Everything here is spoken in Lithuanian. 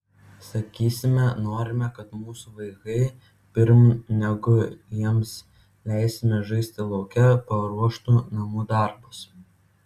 sakysime norime kad mūsų vaikai pirm negu jiems leisime žaisti lauke paruoštų namų darbus